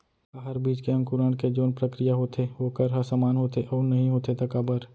का हर बीज के अंकुरण के जोन प्रक्रिया होथे वोकर ह समान होथे, अऊ नहीं होथे ता काबर?